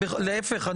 להפך,